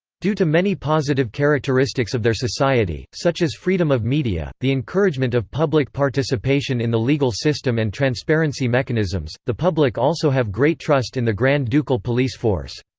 due to many positive characteristics of their society, such as freedom of media, the encouragement of public participation in the legal system and transparency mechanisms, the public also have great trust in the grand ducal police force.